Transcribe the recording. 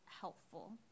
helpful